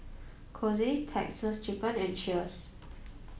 Kose Texas Chicken and Cheers